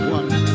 one